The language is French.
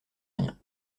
rien